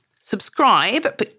Subscribe